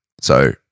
So-